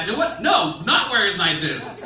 know what? no, not where his knife is!